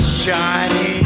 shine